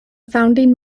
founding